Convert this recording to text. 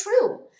true